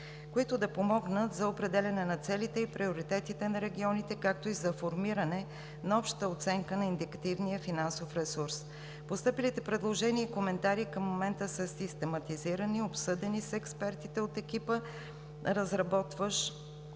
които да помогнат за определяне на целите и приоритетите на регионите, както и за формиране на обща оценка на индикативния финансов ресурс. Постъпилите предложения и коментари към момента са систематизирани, обсъдени са с експертите от екипа, разработващ